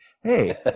Hey